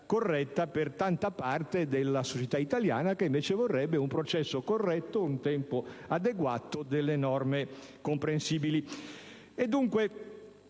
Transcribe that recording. corretta per tanta parte della società italiana che invece vorrebbe un processo corretto, un tempo adeguato, delle norme comprensibili.